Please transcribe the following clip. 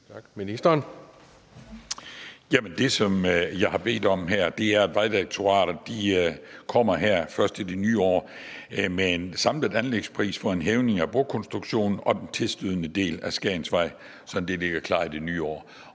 Schmidt): Jamen det, som jeg her har bedt om, er, at Vejdirektoratet først i det nye år kommer med en samlet anlægspris på en hævning af brokonstruktionen og den tilstødende del af Skagensvej, sådan at det ligger klar i det nye år.